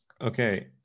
Okay